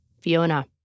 Fiona